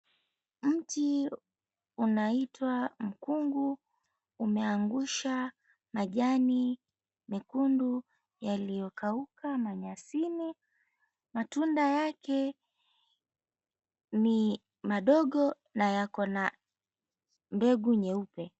Mti unaitwa mkungui, umeangusha majani mekundu yaliyokauka manyasini. Matunda yake ni madogo na yako na mbegu nyeupe.